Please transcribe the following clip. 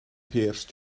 pierce